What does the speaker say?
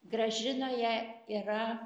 gražinoje yra